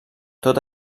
tot